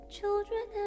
Children